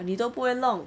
你都不会弄